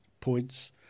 points